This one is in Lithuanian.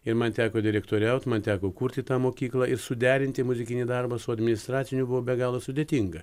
ir man teko direktoriaut man teko kurti tą mokyklą ir suderinti muzikinį darbą su administraciniu buvo be galo sudėtinga